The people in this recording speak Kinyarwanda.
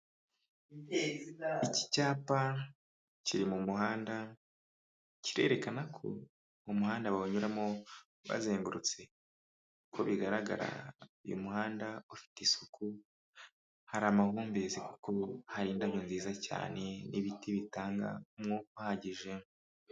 Iki cyapa kiri mu muhanda, kirerekana ko umuhanda bawunyuramo bazengurutse, uko bigaragara uyu muhanda ufite isuku, hari amahumbezi kuko hari indabyo nziza cyane n'ibiti bitanga umwuka uhagije.